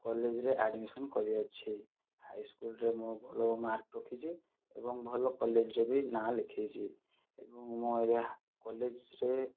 କଲେଜରେ ଆଡ଼ମିସନ କରିଅଛି ହାଇସ୍କୁଲରେ ମୁଁ ଭଲ ମାର୍କ ରଖିଛି ଏବଂ ଭଲ କଲେଜରେ ବି ନାଁ ଲେଖେଇଛି ଏବଂ ମୁଁ ଏବେ କଲେଜରେ